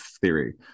theory